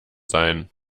sein